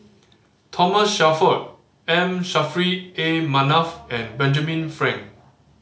Thomas Shelford M Saffri A Manaf and Benjamin Frank